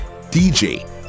DJ